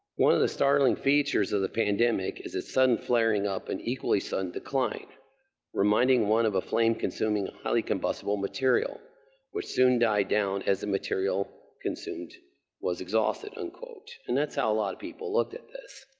one of the startling features of the pandemic is a sudden flaring up and equally sudden decline reminding one of a flame consuming highly combustible material would soon die down as the material consumed was exhausted. and and that's how a lot of people looked at this.